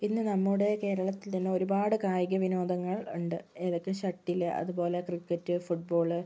ഇന്ന് നമ്മുടെ കേരളത്തിൽതന്നെ ഒരുപാട് കായിക വിനോദങ്ങൾ ഉണ്ട് ഏതൊക്കെ ഷട്ടില് അതുപോലെ ക്രിക്കറ്റ് ഫുട്ബോള്